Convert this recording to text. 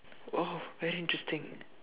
oh very interesting